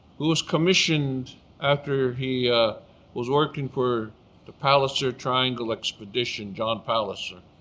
who was commissioned after he was working for the palliser triangle expedition, john palliser,